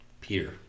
Peter